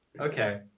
Okay